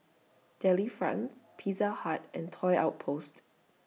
Delifrance Pizza Hut and Toy Outpost